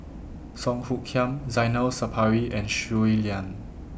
Song Hoot Kiam Zainal Sapari and Shui Lan